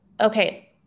Okay